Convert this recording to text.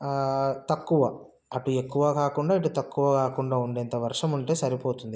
తక్కువ అటు ఎక్కువా కాకుండా ఇటు తక్కువా కాకుండా ఉండేంత వర్షం ఉంటే సరిపోతుంది